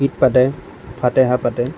ঈদ পাতে ফাতেহা পাতে